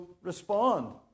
respond